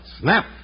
snap